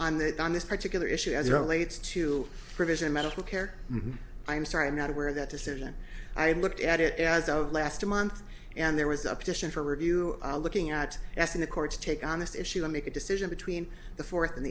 that on this particular issue as it relates to provision medical care i'm sorry i'm not aware of that decision i looked at it as of last month and there was a petition for review looking at asking the court to take on this issue and make a decision between the fourth and